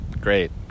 great